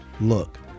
Look